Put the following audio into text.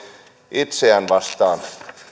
itseään vastaan